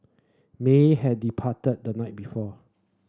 may had departed the night before